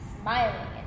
smiling